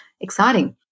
exciting